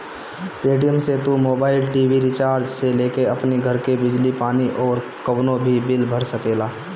Paytm से तू mobile, TV recharge से लेके अपनी घर के बिजली पानी अउरी कवनो भी बिल भर सकेला